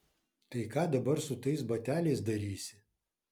tai ką dabar su tais bateliais darysi